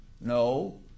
No